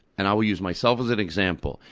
and i will use myself as an example.